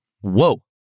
Whoa